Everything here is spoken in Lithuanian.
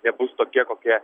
nebus tokia kokia